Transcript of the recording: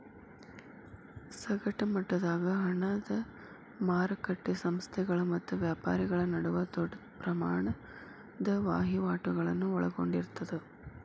ಸಗಟ ಮಟ್ಟದಾಗ ಹಣದ ಮಾರಕಟ್ಟಿ ಸಂಸ್ಥೆಗಳ ಮತ್ತ ವ್ಯಾಪಾರಿಗಳ ನಡುವ ದೊಡ್ಡ ಪ್ರಮಾಣದ ವಹಿವಾಟುಗಳನ್ನ ಒಳಗೊಂಡಿರ್ತದ